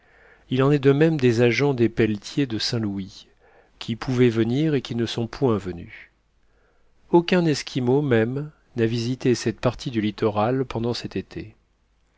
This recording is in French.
il en est de même des agents des pelletiers de saintlouis qui pouvaient venir et qui ne sont point venus aucun esquimau même n'a visité cette partie du littoral pendant cet été